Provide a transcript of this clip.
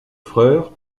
frère